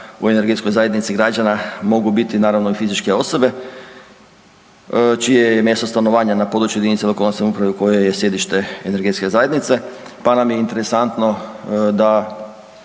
u energetskoj zajednici građana mogu biti naravno i fizičke osobe čije je mjesto stanovanja na području jedinice lokalne samouprave u kojoj je sjedište energetske zajednice, pa nam je interesantno da